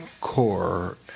core